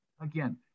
again